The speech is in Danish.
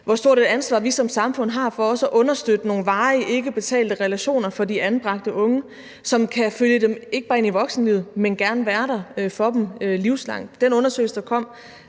hvor stort et ansvar vi som samfund har for også at understøtte nogle varige ikkebetalte relationer til de anbragte unge, som kan følge dem ikke bare ind i voksenlivet, men gerne være der for dem gennem hele livet. Den undersøgelse, der her